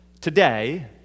today